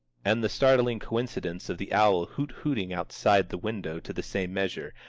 and the startling coincidence of the owl hoot-hooting outside the window to the same measure,